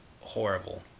horrible